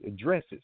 addresses